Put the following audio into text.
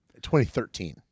2013